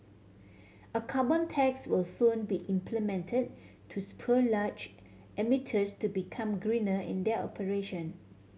a carbon tax will soon be implement to spur large emitters to become greener in their operation